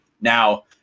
Now